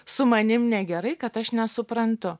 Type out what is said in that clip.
su manim negerai kad aš nesuprantu